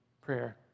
prayer